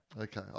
Okay